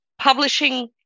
publishing